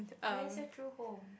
where's your true home